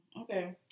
Okay